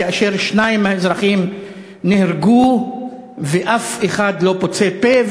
כאשר שניים מהאזרחים נהרגו ואף אחד לא פוצה פה.